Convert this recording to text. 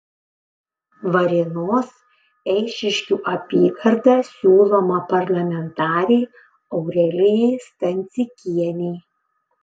varėnos eišiškių apygarda siūloma parlamentarei aurelijai stancikienei